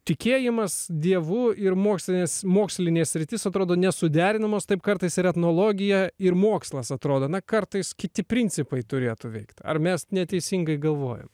tikėjimas dievu ir mokslinis mokslinė sritis atrodo nesuderinamos taip kartais ir etnologija ir mokslas atrodo na kartais kiti principai turėtų veikt ar mes neteisingai galvojam